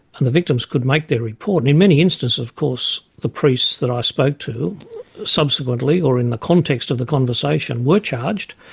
and the victims could make their report and in many instances of course the priests that i spoke to subsequently, or in the context of the conversation, were charged.